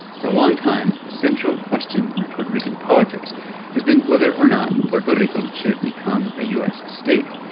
for a long time, the central question in puerto rican politics has been whether or not puerto rico should become a u s. state.